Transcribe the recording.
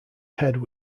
head